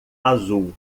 azul